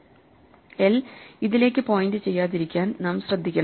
l ഇതിലേക്ക് point ചെയ്യാതിരിക്കാൻ നാം ശ്രദ്ധിക്കണം